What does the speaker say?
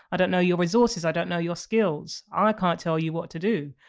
i don't know your resources i don't know your skills. um i can't tell you what to do.